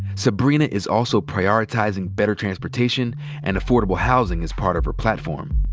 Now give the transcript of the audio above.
sybrina is also prioritizing better transportation and affordable housing as part of her platform.